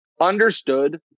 understood